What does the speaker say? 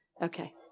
Okay